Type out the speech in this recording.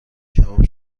کباب